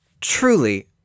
truly